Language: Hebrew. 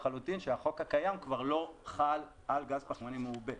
שהחוק הקיים כבר לא חל על גז פחמימני מעובה,